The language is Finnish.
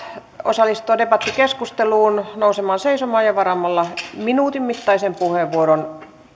osallistua debattikeskusteluun nousemaan seisomaan ja varaamaan minuutin mittaisen puheenvuoron